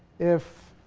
if.